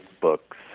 books